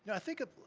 i think of,